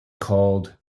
called